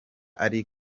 ari